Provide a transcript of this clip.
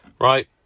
right